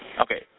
Okay